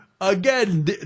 again